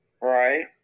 right